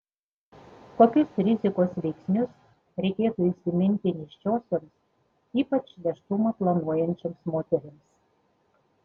kokius rizikos veiksnius reikėtų įsiminti nėščiosioms ypač nėštumą planuojančioms moterims